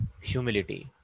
humility